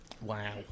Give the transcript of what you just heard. Wow